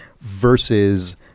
versus